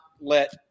let